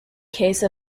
case